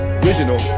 original